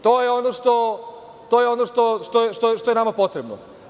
To je ono što je nama potrebno.